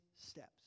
steps